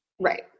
Right